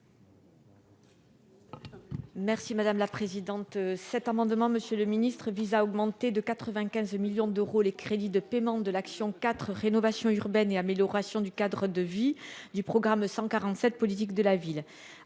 Merci madame la présidente, cet amendement, Monsieur le Ministre visa augmenté de 95 millions d'euros, les crédits de paiement de l'action 4 rénovation urbaine et amélioration du cadre de vie du programme 147 politique de la ville,